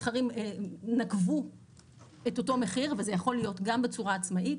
מתחרים נקבו את אותו מחיר וזה יכול להיות גם בצורה עצמאית,